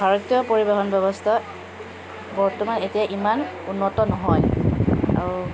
ভাৰতীয় পৰিবহণ ব্যৱস্থা বৰ্তমান এতিয়া ইমান উন্নত নহয় আৰু